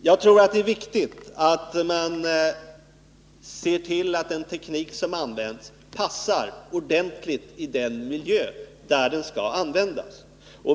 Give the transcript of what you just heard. Jag tror att det är viktigt att se till att den teknik som används passar ordentligt i den miljö där den skall användas.